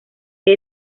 que